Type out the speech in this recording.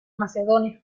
macedonia